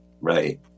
Right